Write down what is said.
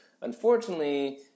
Unfortunately